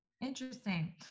interesting